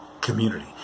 community